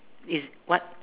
is what